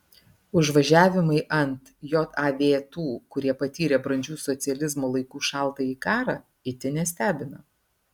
užvažiavimai ant jav tų kurie patyrė brandžių socializmo laikų šaltąjį karą itin nestebina